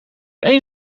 één